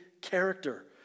character